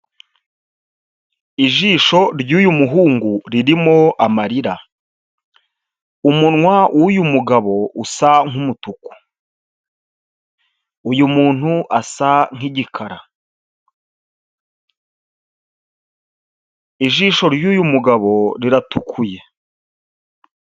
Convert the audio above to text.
Ijisho ry'uyu muhungu ririmo amarira, umunwa w'uyu mugabo usa nk'umutuku, uyu muntu asa nk'igikara, ijisho ry'uyu mugabo riratukuye.